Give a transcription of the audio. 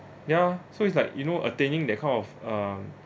ya so it's like you know attaining that kind of um